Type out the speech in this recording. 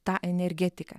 tą energetiką